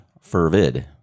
fervid